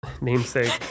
namesake